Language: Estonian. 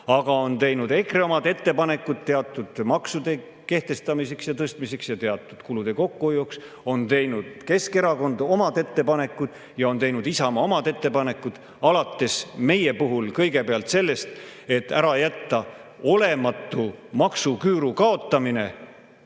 Aga on teinud EKRE omad ettepanekud teatud maksude kehtestamiseks ja tõstmiseks ja teatud kulude kokkuhoiuks, on teinud Keskerakond omad ettepanekud ja on teinud Isamaa omad ettepanekud. Alates meie puhul kõigepealt sellest, et ära jätta olematu maksuküüru kaotamine,